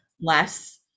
less